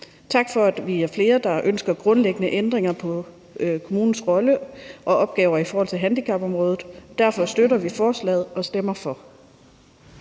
Tak for, at vi er flere, der ønsker grundlæggende ændringer i kommunens rolle og opgaver i forhold til handicapområdet. Det er grunden til, at vi støtter vi forslaget og stemmer for.